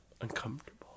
uncomfortable